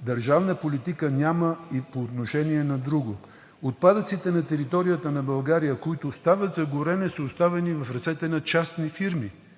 Държавна политика няма и по отношение на друго. Отпадъците на територията на България, които остават за горене, са оставени в ръцете на частни фирми.